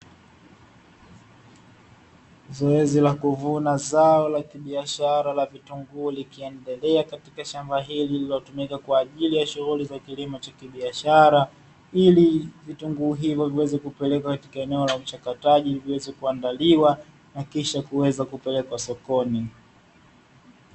Zoezi la kuvuna zao la kibiashara la vitunguu likiendelea katika shamba hili lililotumika kwa ajili ya shughuli za kilimo cha kibiashara, ili vitunguu hivyo viweze kupelekwa katika eneo la mchakato liweze kuandaliwa na kisha kuweza kupelekwa sokoni.